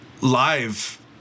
live